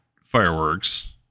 fireworks